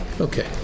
Okay